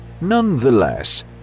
Nonetheless